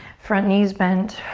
front knee is bent,